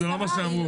זה לא מה שאמרו.